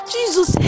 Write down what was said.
Jesus